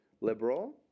liberal